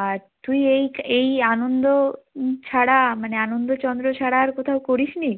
আর তুই এই এই আনন্দ ছাড়া মানে আনন্দচন্দ্র ছাড়া আর কোথাও করিস নি